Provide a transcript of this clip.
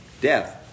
Death